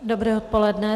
Dobré odpoledne.